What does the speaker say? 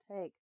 take